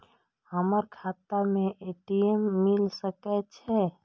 हमर खाता में ए.टी.एम मिल सके छै?